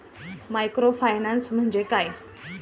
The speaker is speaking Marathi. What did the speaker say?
मायक्रोफायनान्स म्हणजे काय?